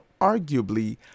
arguably